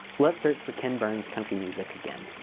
lets search for ken burns country music again.